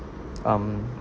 um